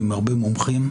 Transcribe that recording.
עם הרבה מומחים.